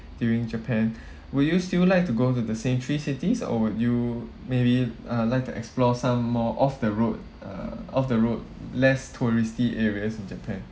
during japan will you still like to go to the same three cities or would you maybe uh like to explore some more off the road uh off the road less touristy areas in japan